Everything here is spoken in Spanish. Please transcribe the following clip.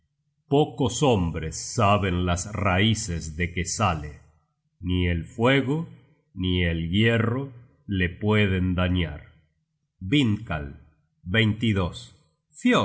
pocos hombres saben las raices de que sale ni el fuego ni el hierro le pueden dañar vindkal fioelsving etc